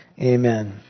Amen